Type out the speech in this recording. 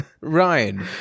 Ryan